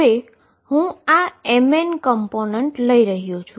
હવે હુ mn component લઈ રહ્યો છું